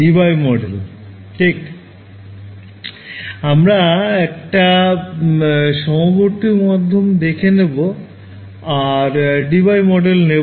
Debye model ঠিক আমরা একটা সমবর্তিত মাধ্যম দেখে নেবো আর Debye মডেল নেবো